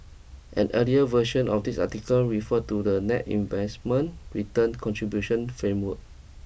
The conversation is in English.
an earlier version of this article referred to the net investment return contribution framework